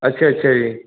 ਅੱਛਾ ਅੱਛਾ ਜੀ